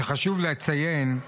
שחשוב לציין,